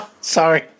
Sorry